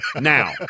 now